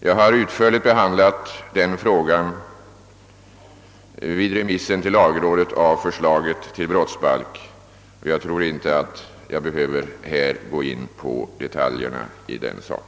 Jag har utförligt behandlat denna fråga vid remissen av förslaget till brottsbalk till lagrådet, och jag tror inte att jag behöver gå in på detaljerna härvidlag.